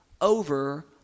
over